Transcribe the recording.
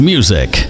Music